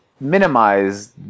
Minimize